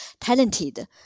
talented